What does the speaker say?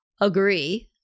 agree